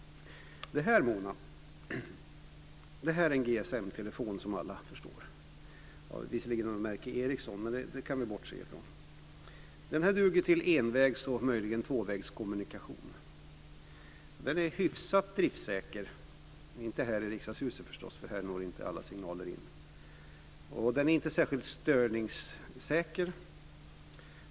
Det jag håller i min hand, Mona, är som alla förstår en GSM-telefon. Den är visserligen av märket Ericsson, men det kan vi bortse från. Den duger till envägs och möjligen tvåvägskommunikation. Den är hyfsat driftsäker, men inte här i Riksdagshuset, förstås, för här når inte alla signaler in. Den är inte särskilt störningssäker.